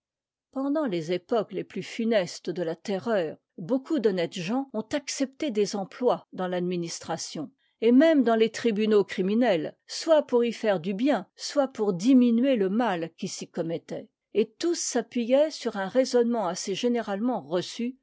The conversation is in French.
pendant les époques les plus funestes de la terreur beaucoup d'honnêtes gens ont accepté des emplois dans l'administration et même dans les tribunaux criminels soit pour y faire du bien soit pour diminuer le mal qui s'y commettait et tous s'appuyaient sur un raisonnement assez généralement reçu